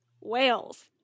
whales